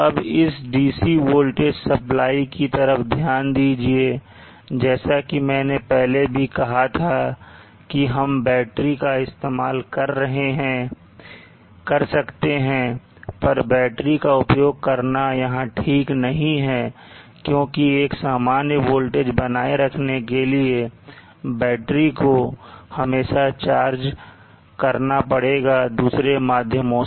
अब इस DC voltage supply की तरफ ध्यान दीजिए जैसा कि मैंने पहले भी कहा था कि हम बैटरी का इस्तेमाल कर सकते हैं पर बैटरी का उपयोग करना यहां ठीक नहीं है क्योंकि एक सामान्य वोल्टेज बनाए रखने के लिए बैटरी को हमेशा चार्ज करना पड़ेगा दूसरे माध्यमों से